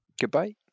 goodbye